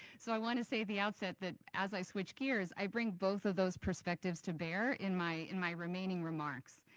so i want to say at the outset that as i switch gears, i bring both of those perspectives to bear in my in my remaining remarks.